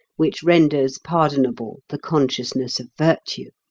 which renders pardonable the consciousness of virtue.